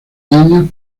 años